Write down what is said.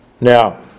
Now